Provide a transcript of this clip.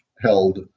held